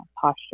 posture